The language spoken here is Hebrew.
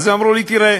הם אמרו לי: תראה,